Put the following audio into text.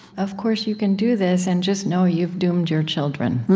of course, you can do this and just know you've doomed your children.